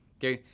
kay?